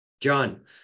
John